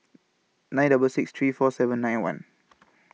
nine Both six three four seven nine one